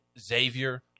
Xavier